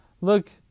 look